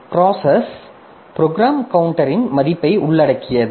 process program கவுண்டரின் மதிப்பை உள்ளடக்கியது